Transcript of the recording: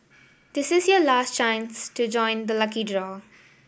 this is your last chance to join the lucky draw